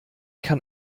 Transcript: kann